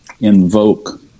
invoke